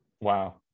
Wow